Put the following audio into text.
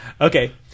Okay